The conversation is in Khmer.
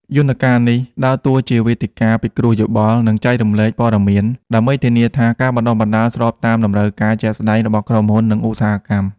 យន្តការនេះដើរតួជាវេទិកាពិគ្រោះយោបល់ និងចែករំលែកព័ត៌មាន ដើម្បីធានាថាការបណ្តុះបណ្តាលស្របតាមតម្រូវការជាក់ស្តែងរបស់ក្រុមហ៊ុន និងឧស្សាហកម្ម។